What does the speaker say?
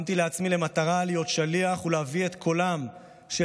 שמתי לעצמי מטרה להיות שליח ולהביא את קולם של